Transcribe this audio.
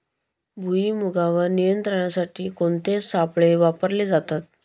भुईमुगावर नियंत्रणासाठी कोणते सापळे वापरले जातात?